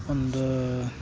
ಒಂದು